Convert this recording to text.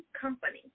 company